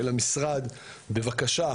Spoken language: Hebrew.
אל המשרד בבקשות,